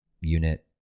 unit